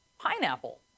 Pineapple